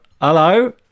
hello